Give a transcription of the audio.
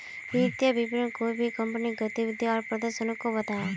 वित्तिय विवरण कोए भी कंपनीर गतिविधि आर प्रदर्शनोक को बताहा